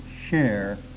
share